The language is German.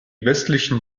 westlichen